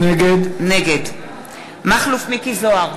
נגד מכלוף מיקי זוהר,